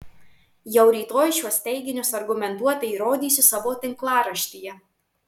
jau rytoj šiuos teiginius argumentuotai įrodysiu savo tinklaraštyje